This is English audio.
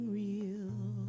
real